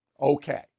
Okay